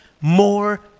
more